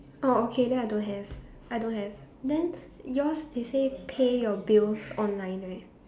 oh okay then I don't have I don't have then yours they say pay your bills online right